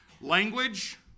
Language